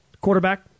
Quarterback